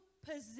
position